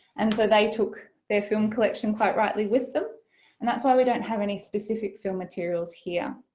and so they took their film collection quite rightly with them and that's why we don't have any specific film materials here.